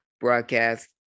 broadcast